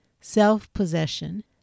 self-possession